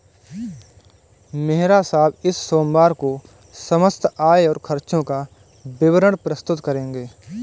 मेहरा साहब इस सोमवार को समस्त आय और खर्चों का विवरण प्रस्तुत करेंगे